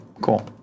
Cool